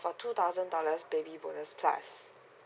two thousand dollars baby bonus plus